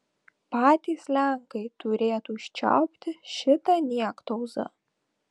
patys lenkai turėtų užčiaupti šitą niektauzą